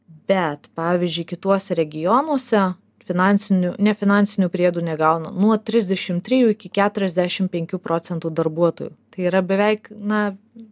bet pavyzdžiui kituose regionuose finansinių nefinansinių priedų negauna nuo trisdešimt trijų iki keturiasdešimt penkių procentų darbuotojų tai yra beveik na